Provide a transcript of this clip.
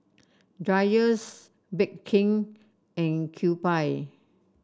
Dreyers Bake King and Kewpie